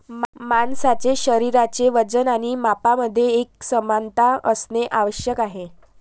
माणसाचे शरीराचे वजन आणि मापांमध्ये एकसमानता असणे आवश्यक आहे